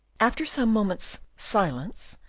after some moments, silence,